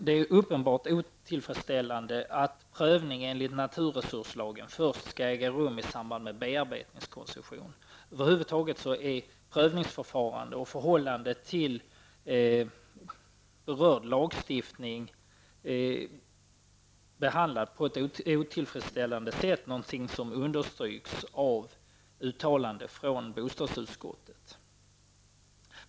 Det är uppenbart otillfredsställande att prövning enligt naturresurslagen skall äga rum först i samband med bearbetningskoncession. Över huvud taget är prövningsförfarandet och förhållandet till berörd lagstiftning behandlat på ett otillfredsställande sätt, någonting som understryks i yttrandet från bostadsutskottet.